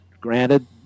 granted